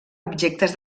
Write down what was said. objectes